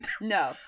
No